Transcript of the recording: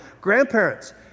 Grandparents